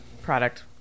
product